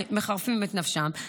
שמחרפים את נפשם,